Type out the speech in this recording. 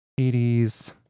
80s